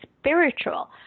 spiritual